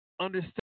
understand